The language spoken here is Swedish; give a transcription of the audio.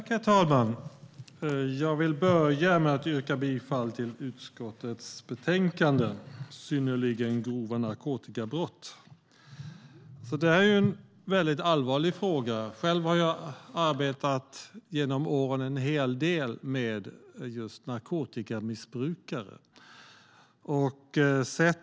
Herr talman! Jag vill börja med att yrka bifall till utskottets förslag i betänkandet Synnerligen grova narkotikabrott . Det här är en allvarlig fråga. Jag har arbetat en hel del med just narkotikamissbrukare genom åren.